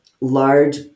large